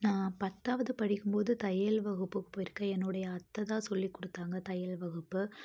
நான் பத்தாவது படிக்கும் போது தையல் வகுப்புக்கு போயிருக்கேன் என்னுடைய அத்தைதான் சொல்லி கொடுத்தாங்க தையல் வகுப்பு